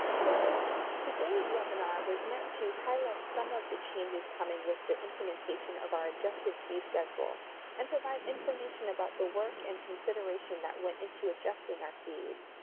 so today's webinar was meant to highlight some of the changes coming with the implementation of our adjusted fee schedule and provide information about the work and consideration that went into adjusting our fees.